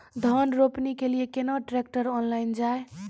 धान रोपनी के लिए केन ट्रैक्टर ऑनलाइन जाए?